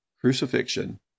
crucifixion